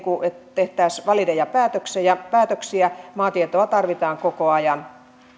tehtäisiin valideja päätöksiä maatietoa tarvitaan koko ajan